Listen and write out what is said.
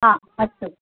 हा अस्तु